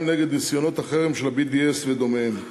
נגד ניסיונות החרם של ה-BDS ודומיהם.